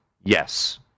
yes